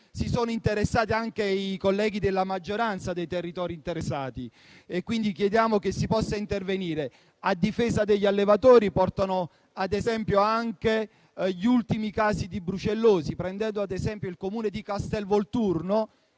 si sono interessati anche i colleghi della maggioranza dei territori coinvolti. Quindi, chiediamo che si possa intervenire a difesa degli allevatori che ricordano gli ultimi casi di brucellosi, prendendo ad esempio il Comune di Castel Volturno,